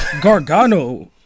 Gargano